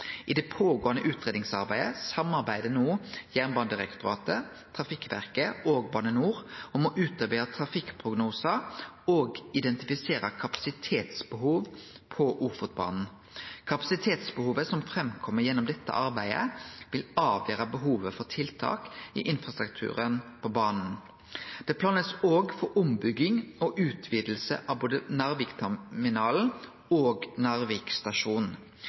I det pågåande utgreiingsarbeidet samarbeider no Jernbanedirektoratet, Trafikkverket og Bane NOR om å utarbeide trafikkprognosar og identifisere kapasitetsbehov på Ofotbanen. Kapasitetsbehovet som kjem fram gjennom dette arbeidet, vil avgjere behovet for tiltak i infrastrukturen på banen. Det planleggjast òg for ombygging og utviding av både Narvikterminalen og